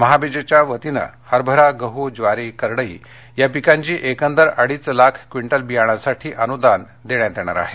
महाबीजच्या वतीनं हरभरा गहू ज्वारी करडई या पीकांची एकंदर अडीच लाख क्विंटल बियाणांसाठी अनुदान देण्यात येणार आहे